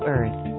Earth